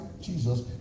Jesus